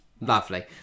Lovely